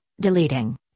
deleting